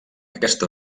aquesta